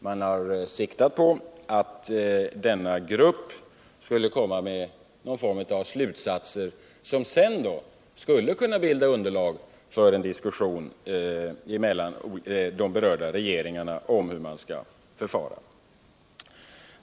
Man har siktat på att utskottet skulle komma med någon form av slutsatser, som sedan skulle kunna bilda underlag för en diskussion mellan de berörda regeringarna om hur man skulle förfara.